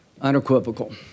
unequivocal